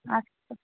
अस्तु